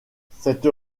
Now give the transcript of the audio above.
cette